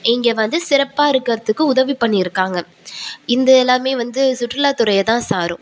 இங்க வந்து சிறப்பாக இருக்கிறத்துக்கு உதவி பண்ணியிருக்காங்க இந்த எல்லாம் வந்து சுற்றுலாத்துறையை தான் சாரும்